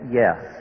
yes